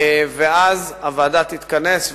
ואז הוועדה תתכנס,